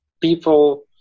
people